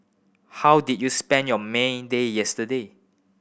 how did you spend your May Day yesterday